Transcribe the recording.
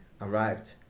arrived